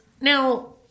now